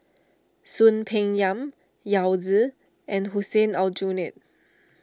Soon Peng Yam Yao Zi and Hussein Aljunied